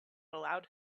allowed